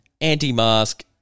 anti-mask